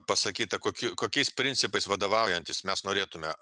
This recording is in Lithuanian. pasakyta kokie kokiais principais vadovaujantis mes norėtume